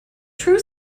true